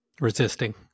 Resisting